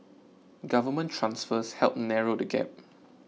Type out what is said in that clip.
government transfers help narrow the gap